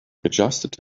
adjusted